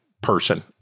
person